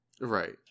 Right